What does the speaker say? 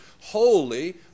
holy